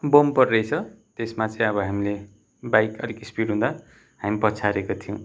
bumper रहेछ त्यसमा चाहिँ अब हामीले बाइक अलिक स्पिड हुँदा हामी पछारिएको थियौँ